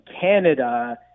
canada